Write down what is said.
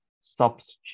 substitute